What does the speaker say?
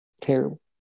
terrible